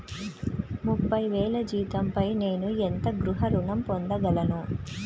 ముప్పై వేల జీతంపై నేను ఎంత గృహ ఋణం పొందగలను?